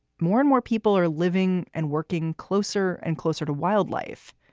more and more people are living and working closer and closer to wildlife.